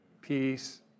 peace